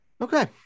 Okay